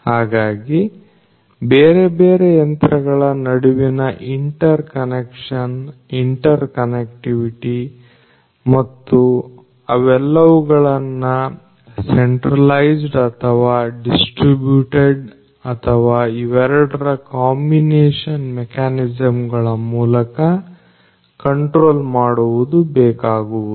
ಹಾಗಾಗಿ ಬೇರೆಬೇರೆ ಯಂತ್ರಗಳ ನಡುವಿನ ಇಂಟರ್ ಕನೆಕ್ಷನ್ ಇಂಟರ್ ಕನ್ನೆಕ್ಟಿವಿಟಿ ಮತ್ತು ಅವೆಲ್ಲವುಗಳನ್ನು ಸೆಂಟ್ರಲೈಸ್ಡ್ ಅಥವಾ ಡಿಸ್ಟ್ರಿಬ್ಯೂಟಡ್ ಅಥವಾ ಇವೆರಡರ ಕಾಂಬಿನೇಷನ್ ಮೆಕ್ಯಾನಿಸಂ ಗಳ ಮೂಲಕ ಕಂಟ್ರೋಲ್ ಮಾಡುವುದು ಬೇಕಾಗುವುದು